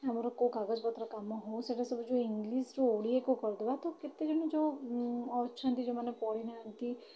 ଆମର କୋଉ କାଗଜ ପତ୍ର କାମ ହେଉ ସେଇଟା ସବୁ ଯୋଉ ଇଂଗ୍ଲିଶ୍ ରୁ ଓଡ଼ିଆକୁ କରିଦେବା ତ କେତେଜଣ ଯୋଉ ଅଛନ୍ତି ଯୋଉମାନେ ପଢ଼ିନାହାନ୍ତି